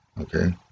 okay